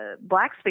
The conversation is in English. Black